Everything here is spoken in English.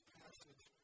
passage